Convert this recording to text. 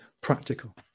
practical